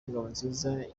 ngabonziza